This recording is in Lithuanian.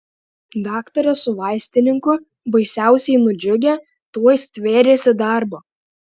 daktaras su vaistininku baisiausiai nudžiugę tuoj stvėrėsi darbo